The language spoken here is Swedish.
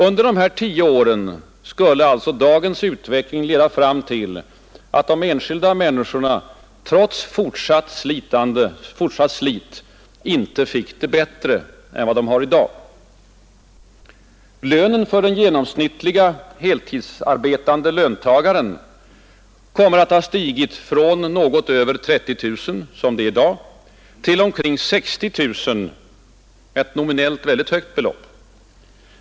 Under dessa tio år skulle alltså dagens utveckling leda till att de enskilda människorna trots fortsatt slit inte fick det bättre än vad de har i dag. Lönen för den genomsnittlige heltidsarbetande löntagaren kommer att ha stigit från något över 30 000 kronor i dag till omkring 60 000 kronor, ett nominellt ytterst högt belopp.